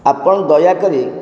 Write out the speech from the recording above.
ଆପଣ ଦୟାକରି